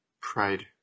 Pride